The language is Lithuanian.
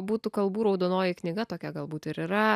būtų kalbų raudonoji knyga tokia galbūt ir yra